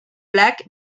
black